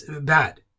bad